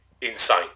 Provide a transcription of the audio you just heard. insane